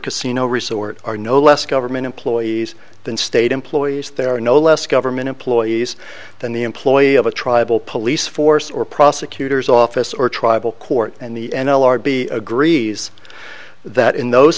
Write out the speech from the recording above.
casino resort are no less government employees than state employees there are no less government employees than the employee of a tribal police force or prosecutor's office or tribal court and the n l r b agrees that in those